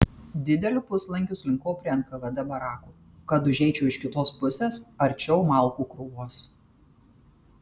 dideliu puslankiu slinkau prie nkvd barakų kad užeičiau iš kitos pusės arčiau malkų krūvos